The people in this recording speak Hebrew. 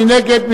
מי נגד?